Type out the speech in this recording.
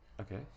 okay